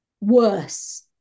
worse